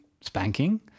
spanking